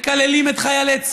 מקללים את חיילי צה"ל,